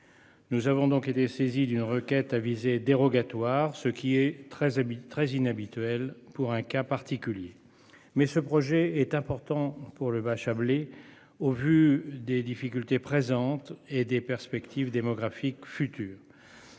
Nous avons donc été saisie d'une requête à visé dérogatoire, ce qui est très habile très inhabituelle pour un cas particulier mais ce projet est important pour le Bachabélé. Au vu des difficultés présentes et des perspectives démographiques futures.